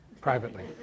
privately